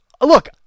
look